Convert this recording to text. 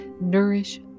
Nourish